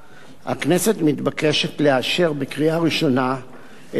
הכנסת מתבקשת לאשר בקריאה ראשונה את הצעת